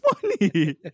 funny